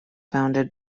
founded